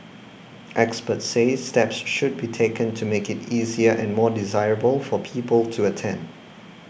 experts say steps should be taken to make it easier and more desirable for people to attend